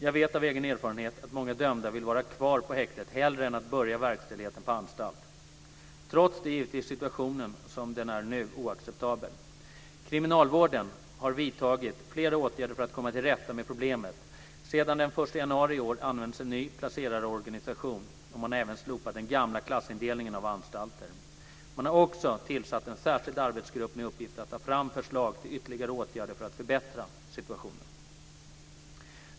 Jag vet av egen erfarenhet att många dömda vill vara kvar på häktet hellre än att börja verkställigheten på anstalt. Trots det är givetvis situationen som den nu är oacceptabel. Kriminalvården har vidtagit flera åtgärder för att komma till rätta med problemet. Sedan den 1 januari i år används en ny placerarorganisation och man har även slopat den gamla klassindelningen av anstalter. Man har också tillsatt en särskild arbetsgrupp med uppgift att ta fram förslag till ytterligare åtgärder för att förbättra situationen.